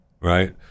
right